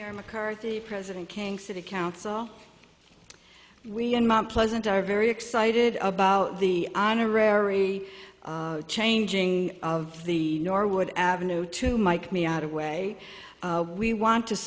schmidt mccarthy president king city council we in mount pleasant are very excited about the honorary changing of the norwood avenue to mike me out a way we want to